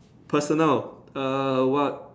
personal err what